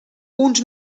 uns